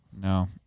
no